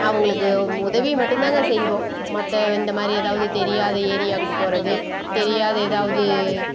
அவங்களுக்கு உதவி மட்டும் தான்ங்க செய்வோம் மற்ற இந்த மாதிரி எதாவது தெரியாத ஏரியாவுக்கு போகிறது தெரியாத ஏதாவது